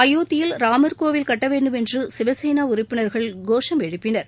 அயோத்தியில் ராமர் கோவில் கட்ட வேண்டும் என்று சிவசேனா உறுப்பினர்கள் கோஷம் எழுப்பினர்